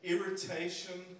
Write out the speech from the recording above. Irritation